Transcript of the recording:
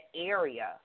area